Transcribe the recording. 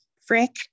frick